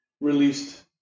released